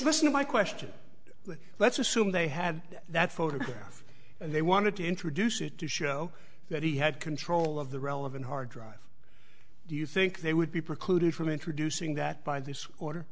listen my question but let's assume they had that photograph they wanted to introduce it to show that he had control of the relevant hard drive do you think they would be precluded from introducing that by this order